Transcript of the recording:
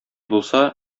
булса